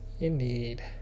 Indeed